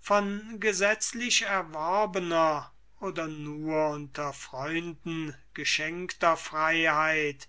von gesetzlich erworbener oder unter freunden geschenkter freiheit